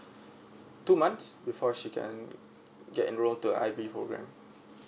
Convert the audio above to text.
two months before she can get enroll to I_B program